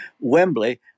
Wembley